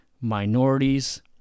minorities